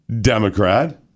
Democrat